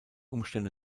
umstände